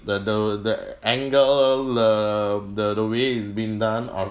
the the the angle err the the way it's been done